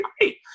great